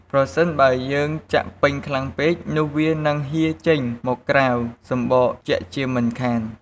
ប្រសិនបើយើងចាក់ពេញខ្លាំងពេកនោះវានឹងហៀរចេញមកក្រៅសំបកជាក់ជាមិនខាន។